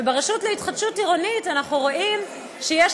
וברשות להתחדשות עירונית אנחנו רואים שיש